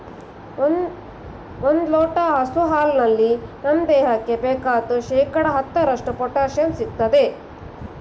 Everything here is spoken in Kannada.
ಒಂದ್ ಲೋಟ ಹಸು ಹಾಲಲ್ಲಿ ನಮ್ ದೇಹಕ್ಕೆ ಬೇಕಾದ್ ಶೇಕಡಾ ಹತ್ತರಷ್ಟು ಪೊಟ್ಯಾಶಿಯಂ ಸಿಗ್ತದೆ